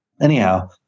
anyhow